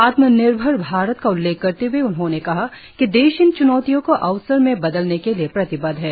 आत्मनिर्भर भारत का उल्लेख करते हए उन्होंने कहा कि देश इन च्नौतियों को अवसर में बदलने के लिए प्रतिबद्ध है